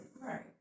Right